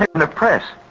and press,